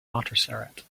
montserrat